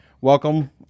Welcome